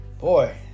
Boy